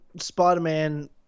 Spider-Man